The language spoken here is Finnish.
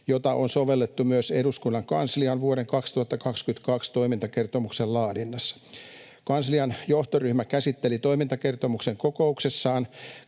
jota on sovellettu myös eduskunnan kanslian vuoden 2022 toimintakertomuksen laadinnassa. Kanslian johtoryhmä käsitteli toimintakertomuksen kokouksessaan